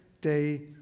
day